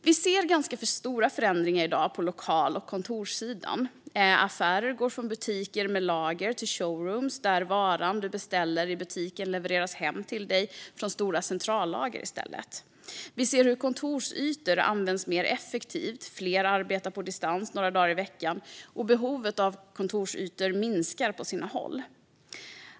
Vi ser i dag ganska stora förändringar på lokal och kontorssidan. Affärer går från butiker med lager till showrooms, där varan du beställer i butiken levereras hem till dig från stora centrallager i stället. Vi ser hur kontorsytor används mer effektivt. Fler arbetar på distans några dagar i veckan, och behovet av kontorsytor minskar på sina håll.